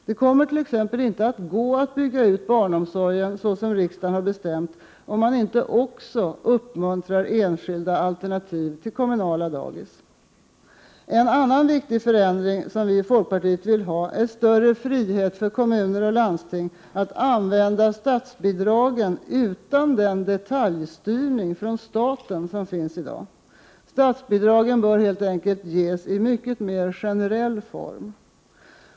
Det kommer t.ex. inte att vara möjligt att bygga ut barnomsorgen såsom riksdagen har bestämt om man inte också uppmuntrar enskilda alternativ till kommunala dagis. En annan viktig förändring som vi folkpartiet vill genomföra är större frihet för kommuner och landsting att använda statsbidragen utan den detaljstyrning från staten som finns i dag. Statsbidragen bör helt enkelt ges i mycket mera generell form.